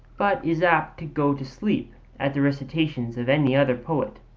but is apt to go to sleep at the recitations of any other poet.